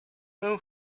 know